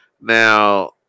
Now